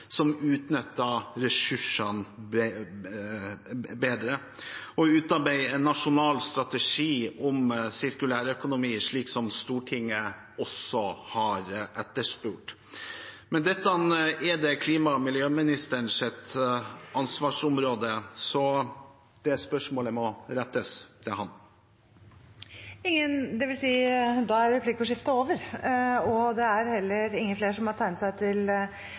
som utnytter ressursene bedre, og vi skal utarbeide en nasjonal strategi for sirkulær økonomi, slik Stortinget også har etterspurt. Men dette er klima- og miljøministerens ansvarsområde, så det spørsmålet må rettes til ham. Replikkordskiftet er over. Flere har heller ikke bedt om ordet til sak nr. 1. Etter ønske fra arbeids- og sosialkomiteen vil presidenten foreslå at taletiden blir begrenset til